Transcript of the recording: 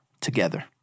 together